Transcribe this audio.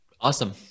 Awesome